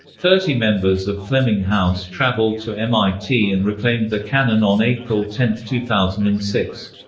thirty members of fleming house traveled to mit and reclaimed their cannon on april ten, two thousand and six.